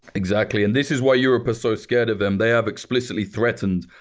exactly. and this is why europe are so scared of them. they have explicitly threatened,